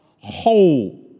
whole